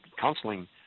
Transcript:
counseling